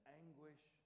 anguish